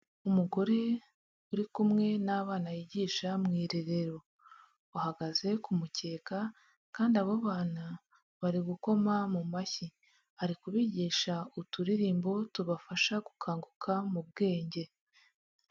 Umugore uri kumwe n'abana yigisha mu irerero. Bahagaze kumukeka, kandi abo bana bari gukoma mu mashyi. Ari kubigisha uturirimbo tubafasha gukanguka mu bwenge.